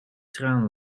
traan